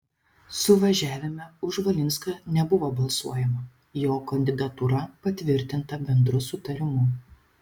suvažiavime už valinską nebuvo balsuojama jo kandidatūra patvirtinta bendru sutarimu